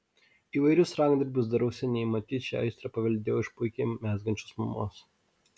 įvairius rankdarbius darau seniai matyt šią aistrą paveldėjau iš puikiai mezgančios mamos